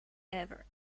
ever